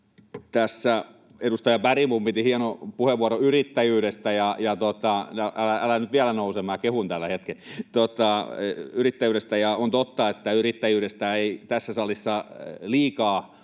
Tässä edustaja Bergbom piti hienon puheenvuoron yrittäjyydestä — älä nyt vielä nouse, kun kehun täällä hetken — ja on totta, että yrittäjyydestä ei tässä salissa liikaa